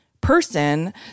person